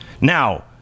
now